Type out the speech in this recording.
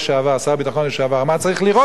שר הביטחון לשעבר אמר: צריך לירות בהם.